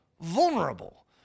vulnerable